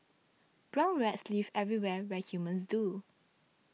brown rats live everywhere where humans do